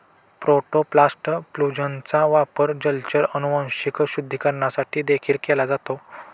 protoplast फ्यूजनचा वापर जलचर अनुवांशिक शुद्धीकरणासाठी देखील केला जातो